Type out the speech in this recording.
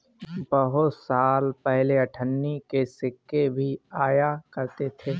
बहुत साल पहले अठन्नी के सिक्के भी आया करते थे